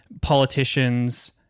politicians